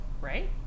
right